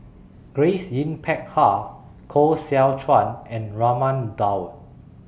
Grace Yin Peck Ha Koh Seow Chuan and Raman Daud